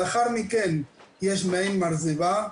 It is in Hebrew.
לאחר מכן יש מעין מרזבה,